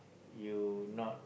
you not